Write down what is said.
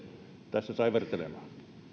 tässä saivartelemaan